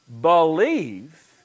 Believe